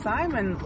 Simon